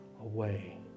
away